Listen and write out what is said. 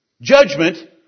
judgment